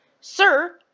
Sir